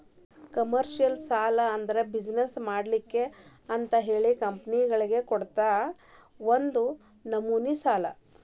commercial ಸಾಲಾ ಅಂದ್ರ business ಮಾಡ್ಲಿಕ್ಕೆ ಅಂತಹೇಳಿ ಕಂಪನಿಗಳಿಗೆ ಕೊಡುವಂತಾ ಒಂದ ನಮ್ನಿ ಸಾಲಾ